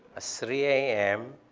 three a m,